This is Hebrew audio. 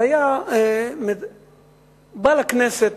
לבוא לכנסת